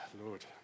Lord